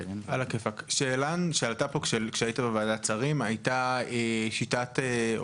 ביחס לעסקים גדולים בניגוד למוצע עכשיו.